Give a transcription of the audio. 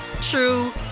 true